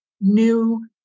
new